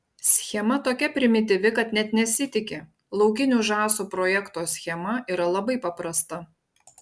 schema tokia primityvi kad net nesitiki laukinių žąsų projekto schema yra labai paprasta